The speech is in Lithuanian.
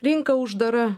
rinka uždara